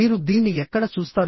మీరు దీన్ని ఎక్కడ చూస్తారు